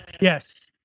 Yes